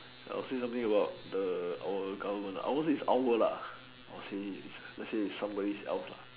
I would say something about our government our is our let's say is somebody else